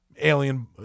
alien